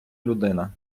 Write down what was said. людина